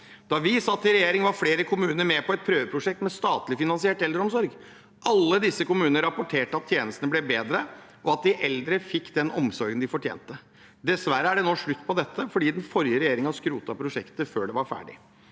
Da vi satt i regjering, var flere kommuner med på et prøveprosjekt med statlig finansiert eldreomsorg. Alle disse kommunene rapporterte at tjenestene ble bedre, og at de eldre fikk den omsorgen de fortjente. Dessverre er det nå slutt på dette fordi den forrige regjeringen skrotet prosjektet før det var ferdig.